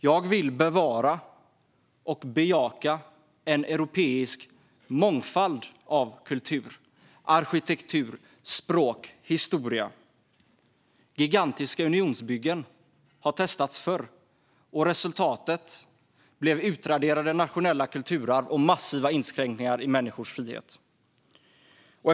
Jag vill bevara och bejaka en europeisk mångfald av kultur, arkitektur, språk och historia. Gigantiska unionsbyggen har testats förr, och resultatet blev utraderade nationella kulturarv och massiva inskränkningar i människors frihet. Herr talman!